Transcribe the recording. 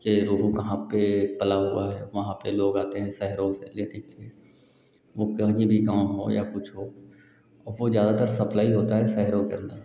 कि रोहू कहाँ पर पली हुई है वहाँ पर लोग आते हैं शहरों से लेकर वह कहीं भी गाँव हो या कुछ और वह ज़्यादातर सप्लाई होती है शहरों के अन्दर